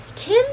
Tim